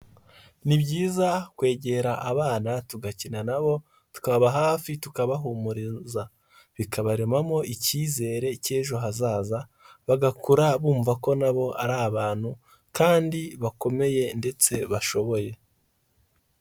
Ni byiza kwegera abana tugakina nabo tukababa hafi tukabahumuriza bikabaremamo icyizere cy'ejo hazaza, bagakura bumva ko nabo ari abantu kandi bakomeye ndetse bashoboye.